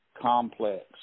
Complex